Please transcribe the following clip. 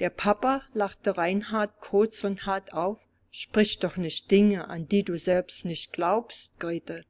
der papa lachte reinhold kurz und hart auf sprich doch nicht dinge an die du selbst nicht glaubst grete